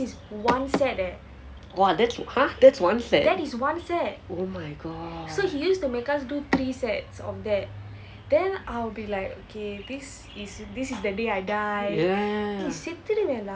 !wah! that's !huh! that's one set oh my god ya ya ya